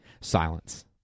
silence